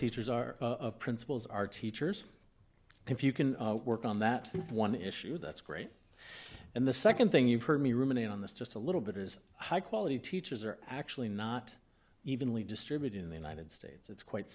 teachers our principals our teachers if you can work on that one issue that's great and the second thing you've heard me ruminate on this just a little bit is high quality teachers are actually not evenly distributed in the united states it's quite